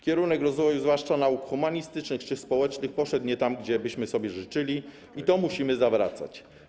Kierunek rozwoju, zwłaszcza nauk humanistycznych czy społecznych, poszedł nie tam, gdzie byśmy sobie życzyli, i to musimy zawracać.